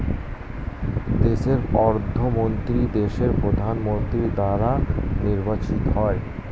দেশের অর্থমন্ত্রী দেশের প্রধানমন্ত্রী দ্বারা নির্বাচিত হয়